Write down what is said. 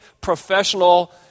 professional